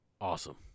Awesome